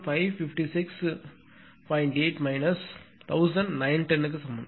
8 1910 க்கு சமம்